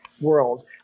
world